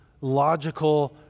logical